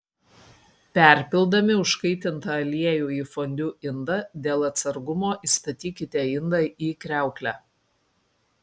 perpildami užkaitintą aliejų į fondiu indą dėl atsargumo įstatykite indą į kriauklę